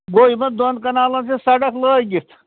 گوٚو یِمَن دۄن کَنالَن چھِ سَڑَک لٲگِتھ